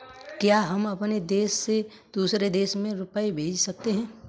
क्या हम अपने देश से दूसरे देश में रुपये भेज सकते हैं?